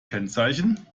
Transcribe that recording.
kennzeichen